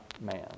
man